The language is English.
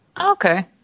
Okay